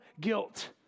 guilt